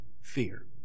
fear